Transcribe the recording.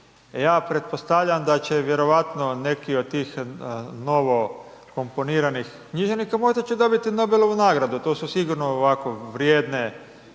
ja pretpostavljam da će vjerojatno neki od tih novokomponiranih književnika možda će dobiti Nobelovu nagradu, to su sigurno ovako vrijedne,